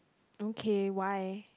okay why